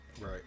Right